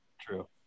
true